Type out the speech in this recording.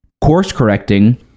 course-correcting